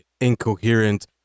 incoherent